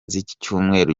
z’icyumweru